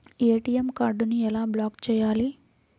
ATM కార్డుని ఎలా block చేయాలి?